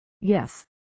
Yes